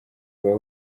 uba